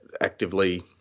actively